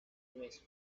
hueso